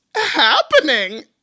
happening